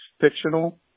fictional